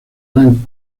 gran